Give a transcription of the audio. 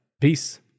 Peace